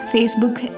Facebook